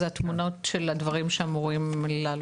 אלו התמונות של הדברים שאמורים לעלות.